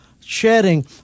sharing